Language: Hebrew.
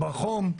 בחום,